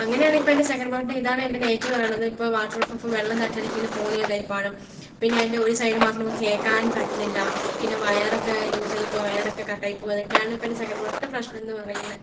അങ്ങനെയാണിപ്പോൾ എൻ്റെ second product ഇതാണ് എൻ്റെ നെഗറ്റീവ് പറയാനുള്ളത് ഇപ്പം വാട്ടർപ്രൂഫ് വെള്ളം തട്ടിയാലിങ്ങനെ പോകുന്ന ടൈപ്പ് ആണ് പിന്നെ അതിന്റെ ഒരു സൈഡ് മാത്രമേ കേൾക്കാൻ പറ്റുന്നില്ല പിന്നെ വയർ ഒക്കെ ലൂസ് ആയിപ്പോയി വയർ ഒക്കെ കട്ട് ആയിപ്പോയി ഇതൊക്കെയാണ് ഇപ്പോൾ എന്റെ സെക്കൻഡ് പ്രൊഡക്ടിന്റെ പ്രശ്നം എന്ന് പറയുന്നത്